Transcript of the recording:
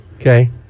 Okay